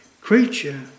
creature